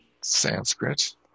Sanskrit